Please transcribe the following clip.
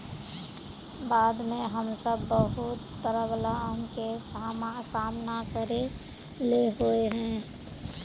बाढ में हम सब बहुत प्रॉब्लम के सामना करे ले होय है?